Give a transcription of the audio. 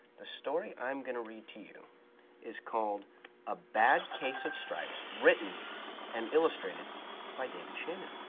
the story i'm going to read to you is called a bad case of stripes, written and illustrated by david shannon.